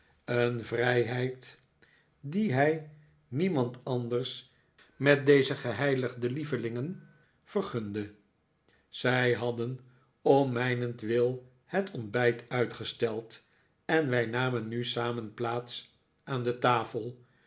een vrijheid die hij niemand anders met deze geheiligde lievelingen vergunde zij hadden om mijnentwil het ontbijt uitgesteld en wij namen nu samen plaats aan de tafel